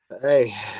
Hey